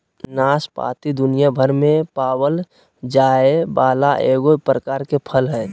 नाशपाती दुनियाभर में पावल जाये वाला एगो प्रकार के फल हइ